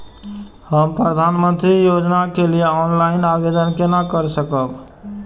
हम प्रधानमंत्री योजना के लिए ऑनलाइन आवेदन केना कर सकब?